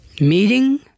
Meeting